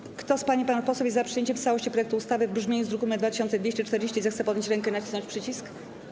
Kto z pań i panów posłów jest za przyjęciem w całości projektu ustawy w brzmieniu z druku nr 2240, zechce podnieść rękę i nacisnąć przycisk.